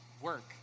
work